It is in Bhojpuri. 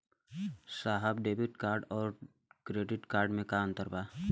साहब डेबिट कार्ड और क्रेडिट कार्ड में का अंतर बा?